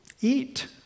Eat